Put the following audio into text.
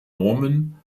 normen